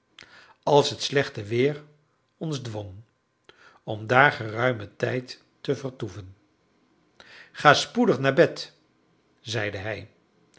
als het slechte weer ons dwong om daar geruimen tijd te vertoeven ga spoedig naar bed zeide hij